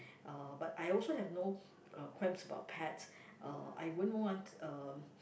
uh but I also have no uh qualms about pets uh I won't want um